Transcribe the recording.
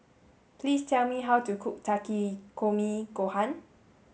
please tell me how to cook Takikomi Gohan